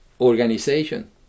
organization